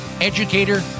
educator